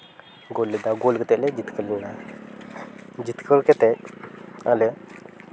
ᱜᱳᱞ ᱞᱮᱫᱟ ᱜᱳᱞ ᱠᱟᱛᱮᱫ ᱞᱮ ᱡᱤᱛᱠᱟᱹᱨ ᱞᱮᱱᱟ ᱡᱤᱛᱠᱟᱹᱨ ᱠᱟᱛᱮᱫ ᱟᱞᱮ